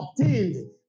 obtained